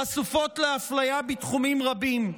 חשופות לאפליה בתחומים רבים,